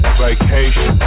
vacation